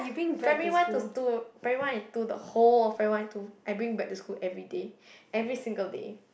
primary one to two primary one and two the whole of primary one and two I bring bread to school everyday every single day